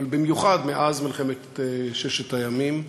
אבל במיוחד מאז מלחמת ששת הימים,